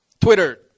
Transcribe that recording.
Twitter